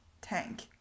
tank